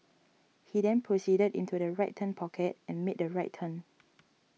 he then proceeded into the right turn pocket and made the right turn